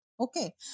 Okay